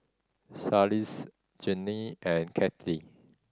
Charlize Jinnie and Cathy